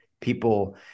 people